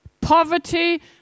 poverty